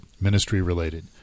ministry-related